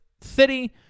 city